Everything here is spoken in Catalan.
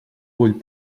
vull